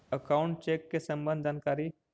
Account check के सम्बन्ध जानकारी?